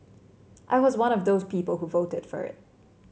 I was one of the people who voted for it